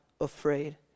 afraid